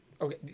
Okay